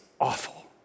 awful